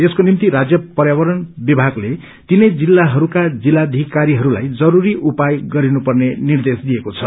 यसको निम्ति राज्य पर्यावरण विमागले तीनै जिलहरूका जित्लयिकीहस्लाई जरूरी उपाय गरिनु पर्ने निर्देश दिएको छ